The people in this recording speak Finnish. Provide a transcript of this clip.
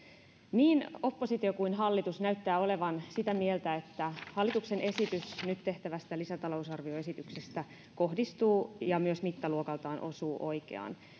niin oppositio kuin hallitus näyttää olevan sitä mieltä että hallituksen esitys nyt tehtävästä lisätalousarvioesityksestä kohdistuu ja myös mittaluokaltaan osuu oikeaan